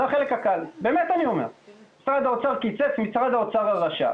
זה החלק הקל משרד האוצר קיצץ, משרד האוצר הרשע.